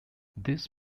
this